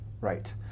Right